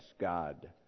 God